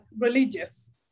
religious